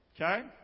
Okay